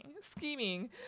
scheming